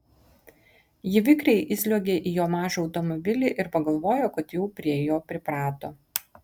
ji vikriai įsliuogė į jo mažą automobilį ir pagalvojo kad jau prie jo priprato